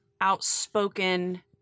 outspoken